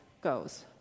goes